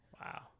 Wow